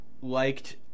liked